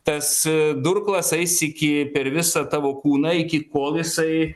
tas durklas eis iki per visą tavo kūną iki kol jisai